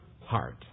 heart